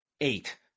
eight